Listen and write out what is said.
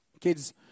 Kids